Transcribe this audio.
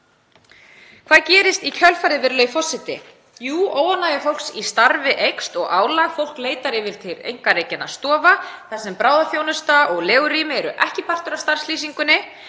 Hvað gerist í kjölfarið, virðulegur forseti? Jú, óánægja fólks í starfi eykst og álag. Fólk leitar yfirleitt til einkarekinna stofa þar sem bráðaþjónusta og legurými eru ekki partur af starfslýsingunni.